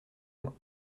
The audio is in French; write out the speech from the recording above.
loin